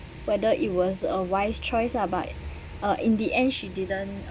whether it was a wise choice ah but uh in the end she didn't